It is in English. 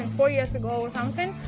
four years ago or something.